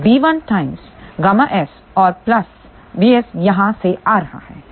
तो b1 times ƬS और plus bs यहाँ से आ रहा है